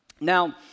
Now